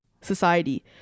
society